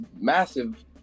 massive